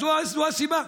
זו הסיבה,